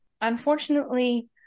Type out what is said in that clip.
unfortunately